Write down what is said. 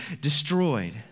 destroyed